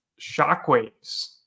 shockwaves